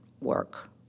work